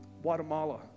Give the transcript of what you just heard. Guatemala